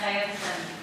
מתחייבת אני